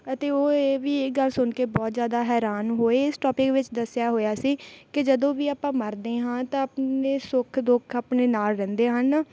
ਅਤੇ ਉਹ ਇਹ ਵੀ ਇਹ ਗੱਲ ਸੁਣ ਕੇ ਬਹੁਤ ਜ਼ਿਆਦਾ ਹੈਰਾਨ ਹੋਏ ਇਸ ਟੋਪਿਕ ਵਿੱਚ ਦੱਸਿਆ ਹੋਇਆ ਸੀ ਕਿ ਜਦੋਂ ਵੀ ਆਪਾਂ ਮਰਦੇ ਹਾਂ ਤਾਂ ਆਪਣੇ ਸੁੱਖ ਦੁੱਖ ਆਪਣੇ ਨਾਲ ਰਹਿੰਦੇ ਹਨ